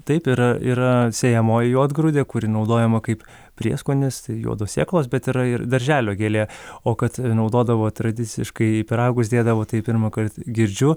taip yra yra sėjamoji juodgrūdė kuri naudojama kaip prieskonis tai juodos sėklos bet yra ir darželio gėlė o kad naudodavo tradiciškai į pyragus dėdavo tai pirmąkart girdžiu